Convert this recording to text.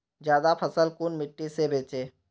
ज्यादा फसल कुन मिट्टी से बेचे?